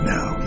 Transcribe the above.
Now